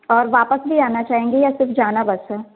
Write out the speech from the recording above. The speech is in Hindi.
और वापस भी आना चाहेंगे या सिर्फ़ जाना बस है